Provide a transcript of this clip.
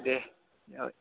दे औ